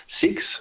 Six